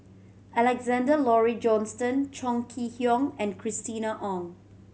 Alexander Laurie Johnston Chong Kee Hiong and Christina Ong